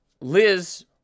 liz